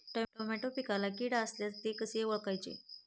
Tomato पिकातील कीड असल्यास ते कसे ओळखायचे?